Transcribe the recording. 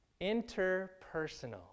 Interpersonal